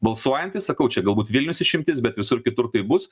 balsuojantys sakau čia galbūt vilnius išimtis bet visur kitur tai bus